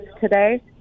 today